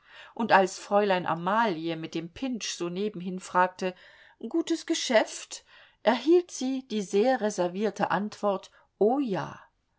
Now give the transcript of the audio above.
und als fräulein amalie mit dem pintsch so nebenhin fragte gutes geschäft erhielt sie die sehr reservierte antwort o ja